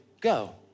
go